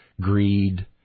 greed